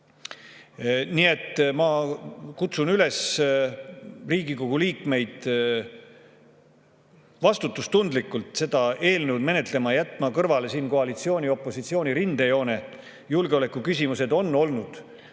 Nii et ma kutsun Riigikogu liikmeid üles vastutustundlikult seda eelnõu menetlema, jätma kõrvale koalitsiooni ja opositsiooni rindejoone. Julgeolekuküsimused on olnud